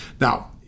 Now